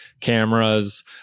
cameras